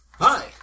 Hi